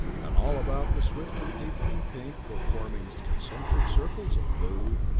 and all about the swiftly deepening pink were forming concentric circles of blue,